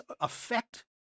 affect